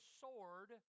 sword